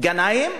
"גנאים"